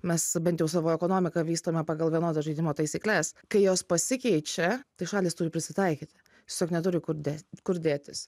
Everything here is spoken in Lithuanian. mes bent jau savo ekonomiką vystome pagal vienodas žaidimo taisykles kai jos pasikeičia tai šalys turi prisitaikyti tiesiog neturi kur dėti kur dėtis